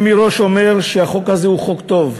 אני מראש אומר שהחוק הזה הוא חוק טוב,